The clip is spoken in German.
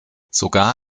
sogar